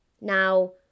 Now